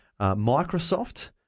Microsoft